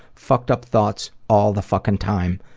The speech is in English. fucked up thoughts all the fucking time,